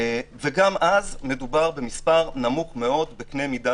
וגם אז מדובר במספר נמוך מאוד בקנה מידה